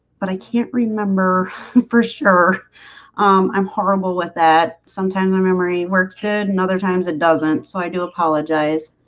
but i can't remember for sure i'm horrible with that. sometimes i memory works good and other times it doesn't so i do apologize